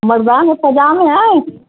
مردانہ پاجامے ہیں